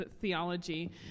theology